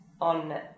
on